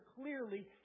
clearly